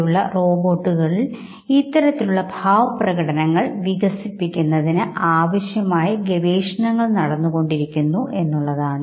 വൈകാരിക ആവിഷ്കാരത്തെക്കുറിച്ച് ഒരു ധാരണയുമില്ലെങ്കിലും അത് മനസ്സിലാക്കുന്നതിൽ നാമെല്ലാവരും ഒരേപോലെയാണെങ്കിലും അത് അംഗീകരിക്കുമെന്നതിന് ഒരു ഉറപ്പുമില്ല